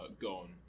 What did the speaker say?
gone